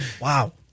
Wow